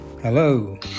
Hello